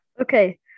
Okay